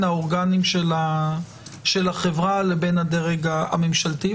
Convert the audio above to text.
האורגנים של החברה לבין הדרג הממשלתי.